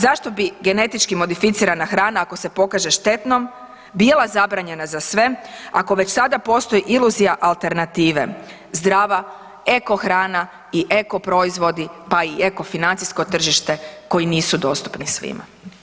Zašto bi genetički modificirana hrana ako se pokaže štetnom bila zabranjena za sve ako već sada postoji iluzija alternative, zdrava eko hrana i eko proizvodi pa i eko financijsko tržište koji nisu dostupni svima?